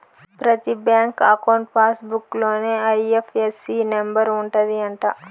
ప్రతి bank account pass book లోనే IFSC number ఉంటది అంట